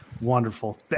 wonderful